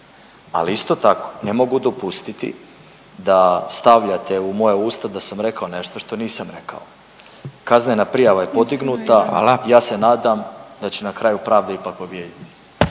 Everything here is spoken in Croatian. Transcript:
Ali isto tako ne mogu dopustiti da stavljate u moja usta da sam rekao nešto što nisam rekao. Kaznena prijava je podignuta. Ja se nadam da će na kraju pravda ipak pobijediti.